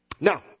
now